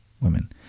women